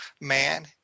man